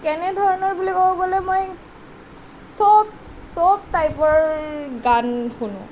কেনেধৰণৰ বুলি ক'ব গ'লে মই সব সব টাইপৰ গান শুনো